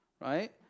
right